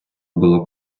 було